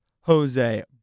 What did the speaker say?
Jose